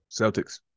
Celtics